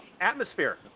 Atmosphere